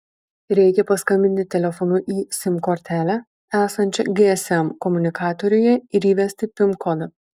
reikia paskambinti telefonu į sim kortelę esančią gsm komunikatoriuje ir įvesti pin kodą